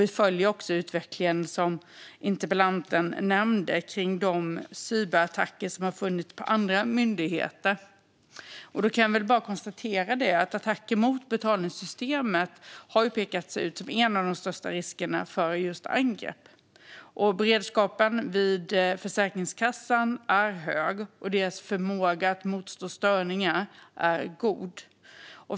Interpellanten nämnde cyberattackerna mot andra myndigheter, och vi följer också den utvecklingen. Attacker mot betalningssystemet har pekats ut som en av de största riskerna. Beredskapen på Försäkringskassan är hög, och förmågan att motstå störningar är god.